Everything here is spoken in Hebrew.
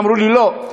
אמרו לי: לא,